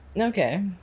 Okay